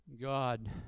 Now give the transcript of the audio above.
God